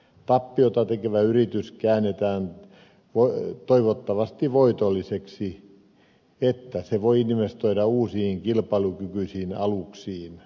tappiota tekevä yritys käännetään toivottavasti voitolliseksi että se voi investoida uusiin kilpailukykyisiin aluksiin